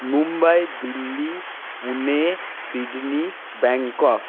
Mumbai Delhi Pune Sydney Bangkok